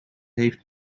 heeft